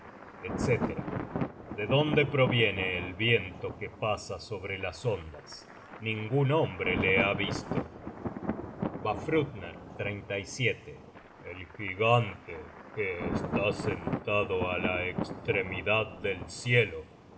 etc dedónde proviene el viento que pasa sobre las ondas ningun hombre le ha visto vafthrudner el gigante que está sentado á la estremidad del cielo